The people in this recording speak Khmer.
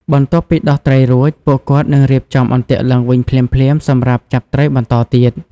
បន្ទាប់ពីដោះត្រីរួច ពួកគាត់នឹងរៀបចំអន្ទាក់ឡើងវិញភ្លាមៗសម្រាប់ចាប់ត្រីបន្តទៀត។